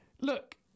look